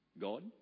God